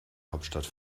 hauptstadt